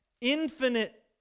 infinite